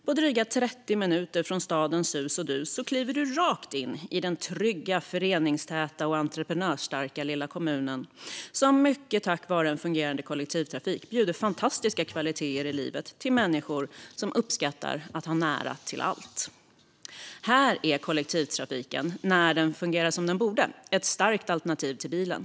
På dryga 30 minuter från stadens sus och dus kliver du rakt in i denna trygga, föreningstäta och entreprenörsstarka lilla kommun som - mycket tack vare en fungerande kollektivtrafik - erbjuder fantastiska kvaliteter i livet för människor som uppskattar att ha nära till allt. Här är kollektivtrafiken, när den fungerar som den borde, ett starkt alternativ till bilen.